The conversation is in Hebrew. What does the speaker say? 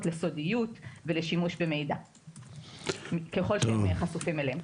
לסודיות ולשימוש במידע ככול שהם חשופים אליהם.